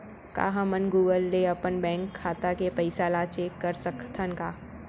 का हमन गूगल ले अपन बैंक खाता के पइसा ला चेक कर सकथन का?